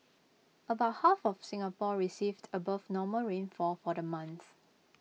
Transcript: about half of Singapore received above normal rainfall for the month